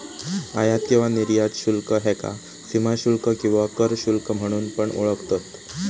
आयात किंवा निर्यात शुल्क ह्याका सीमाशुल्क किंवा कर शुल्क म्हणून पण ओळखतत